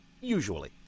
Usually